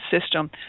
System